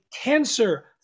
cancer